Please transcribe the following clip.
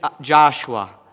Joshua